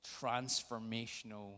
transformational